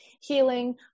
healing